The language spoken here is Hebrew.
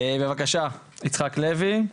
בבקשה, יצחק לוי.